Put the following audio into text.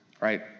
right